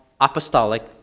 apostolic